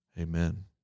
Amen